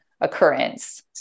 occurrence